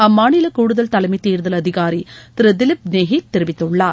அம்மாநில கூடுதல் தலைமை தேர்தல் அதிகாரி திரு தலிப் நேஹி தெரிவித்துள்ளார்